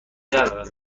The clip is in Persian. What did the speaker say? ندارد